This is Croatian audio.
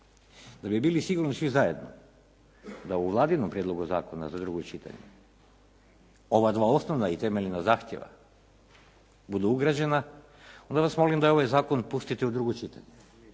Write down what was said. da bi bili sigurni svi zajedno da u Vladinom prijedlogu zakona za drugo čitanje ova dva osnovna i temeljna zahtjeva budu ugrađena, onda vas molim da ovaj zakon pustite u drugo čitanje